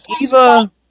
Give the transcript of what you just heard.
Eva